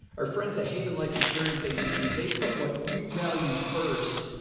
our friends at haven life insurance agency, they put what you value first.